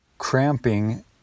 cramping